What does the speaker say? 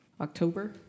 October